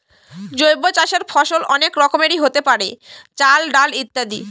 জৈব চাষের ফসল অনেক রকমেরই হতে পারে, চাল, ডাল ইত্যাদি